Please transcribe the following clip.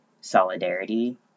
solidarity